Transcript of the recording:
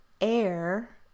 air